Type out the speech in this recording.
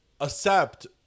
accept